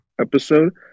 episode